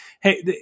hey